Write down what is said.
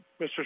Mr